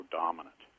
dominant